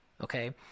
okay